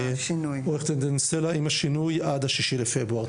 עורכת הדין סלע עם השינוי עד ה-6 בפברואר.